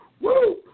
Woo